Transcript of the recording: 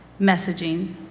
messaging